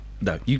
No